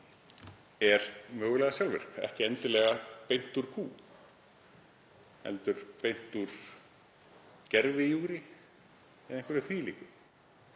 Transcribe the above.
er mögulega sjálfvirk, ekki endilega beint úr kú heldur beint úr gervijúgri eða einhverju þvílíku